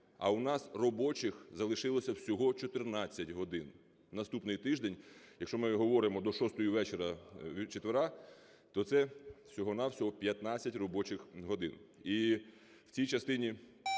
а у нас робочих залишилося всього 14 годин. Наступний тиждень, якщо ми говоримо, до 6 вечора четверга, то це всього-на-всього 15 робочих годин. І в цій частині